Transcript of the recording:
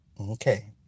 Okay